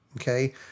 Okay